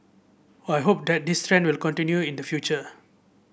I hope that this trend will continue in the future